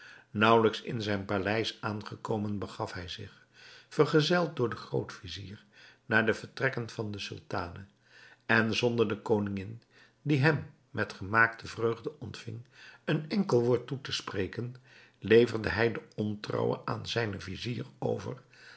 nauwelijks in zijn paleis aangekomen begaf hij zich vergezeld door den groot-vizier naar de vertrekken van de sultane en zonder de koningin die hem met gemaakte vreugde ontving een enkel woord toe te spreken leverde hij de ontrouwe aan zijnen vizier over